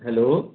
hello